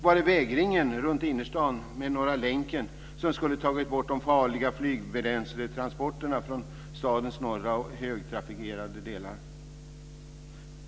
Var är vägringen runt innerstaden med Norra länken, som skulle ha tagit bort de farliga flygbränsletransporterna från stadens norra och högtrafikerade delar?